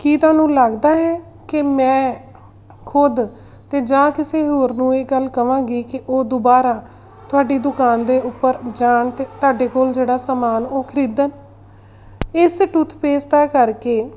ਕੀ ਤੁਹਾਨੂੰ ਲੱਗਦਾ ਹੈ ਕਿ ਮੈਂ ਖੁਦ ਅਤੇ ਜਾਂ ਕਿਸੇ ਹੋਰ ਨੂੰ ਇਹ ਗੱਲ ਕਹਾਂਗੀ ਕਿ ਉਹ ਦੁਬਾਰਾ ਤੁਹਾਡੀ ਦੁਕਾਨ ਦੇ ਉੱਪਰ ਜਾਣ ਅਤੇ ਤੁਹਾਡੇ ਕੋਲ ਜਿਹੜਾ ਸਮਾਨ ਉਹ ਖਰੀਦਣ ਇਸ ਟੂਥਪੇਸਟਾਂ ਕਰਕੇ